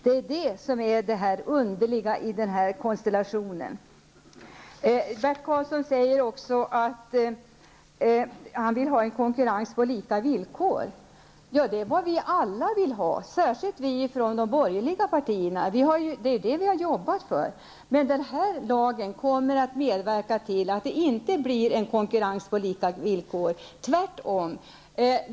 Det är det som är underligt i denna konstellation. Bert Karlsson säger också att han vill ha en konkurrens på lika villkor. Ja, det är vad vi alla vill ha, särskilt vi från de borgerliga partierna. Vi har arbetat för det. Den här lagen kommer att medverka till att det inte blir konkurrens på lika villkor. Tvärtom.